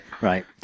right